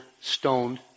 stoned